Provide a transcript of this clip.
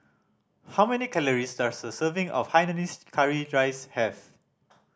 how many calories does a serving of hainanese curry rice have